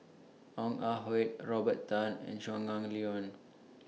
Ong Ah Hoi Robert Tan and Shangguan Liuyun